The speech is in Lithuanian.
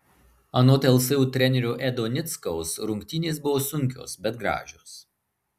anot lsu trenerio edo nickaus rungtynės buvo sunkios bet gražios